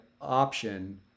option